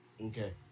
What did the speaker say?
Okay